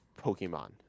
Pokemon